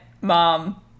mom